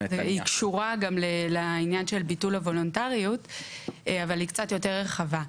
היא קשורה לעניין של ביטול הוולונטריות אבל היא קצת יותר רחבה.